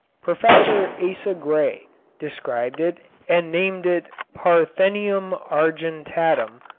professor asa gray described it and named it parthenium argentatum,